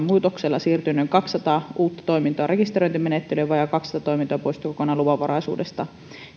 muutoksella siirtyi noin kaksisataa uutta toimintoa rekisteröintimenettelyyn ja vajaa kaksisataa toimintoa poistui kokonaan luvanvaraisuudesta